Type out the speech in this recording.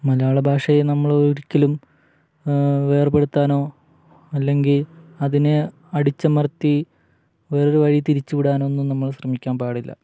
മലയാളഭാഷയെ നമ്മള് ഒരിക്കലും വേർപ്പെടുത്താനോ അല്ലെങ്കില് അതിനെ അടിച്ചമർത്തി വേറെയൊരു വഴി തിരിച്ചുവിടാനോന്നും നമ്മള് ശ്രമിക്കാൻ പാടില്ല